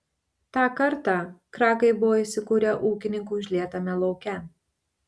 tą kartą kragai buvo įsikūrę ūkininkų užlietame lauke